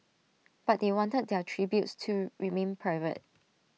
but they wanted their tributes to remain private